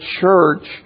church